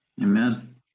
Amen